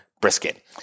brisket